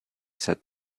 said